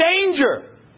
danger